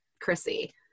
chrissy